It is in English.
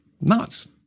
nuts